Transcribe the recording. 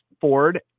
Ford